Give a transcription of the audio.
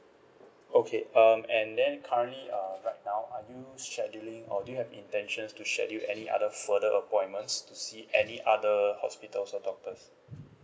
okay um and then currently uh right now are you scheduling or do you have intentions to schedule any other further appointments to see any other hospitals or doctors